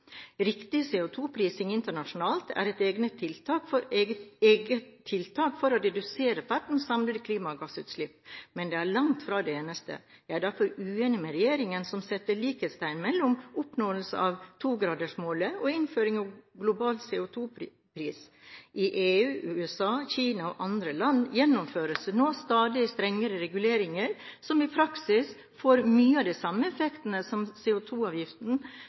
Riktig CO2-prising internasjonalt er et egnet tiltak for å redusere verdens samlede klimagassutslipp, men det er langt fra det eneste. Jeg er derfor uenig med regjeringen som setter likhetstegn mellom oppnåelse av 2-gradersmålet og innføring av global CO2-pris. I EU, USA, Kina og andre land gjennomføres det nå stadig strengere reguleringer, som i praksis får mye av de samme effektene som